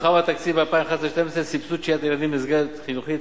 הורחב בתקציב 2011 2012 סבסוד שהיית ילדים במסגרות חינוכיות,